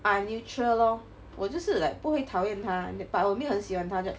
I'm neutral lor 我就是 like 不会讨厌他 but 我没有很喜欢他就